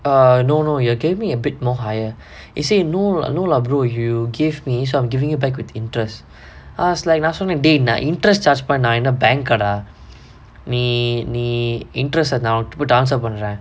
err no no you gave me a bit more higher he say no lah no lah brother you give me so I'm giving you back with interest I was like நா சொன்னே:naa sonnae dah நான்:naan interest ask பண்ண நா:panna naa bank ah dah நீ நீ:nee nee interest நா எத்துபோய்:naa eththupoi dance ah பண்றேன்:pandren